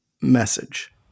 message